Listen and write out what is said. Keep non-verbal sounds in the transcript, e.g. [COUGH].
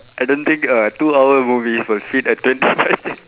I don't think a two hour movie will fit a twenty five sec [LAUGHS]